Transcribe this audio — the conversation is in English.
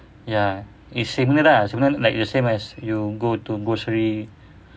ya it's similar ah same as when you go to grocery